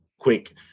quick